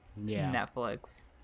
Netflix